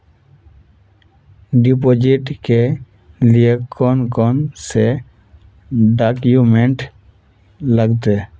Deposit के लिए कौन कौन से डॉक्यूमेंट लगते?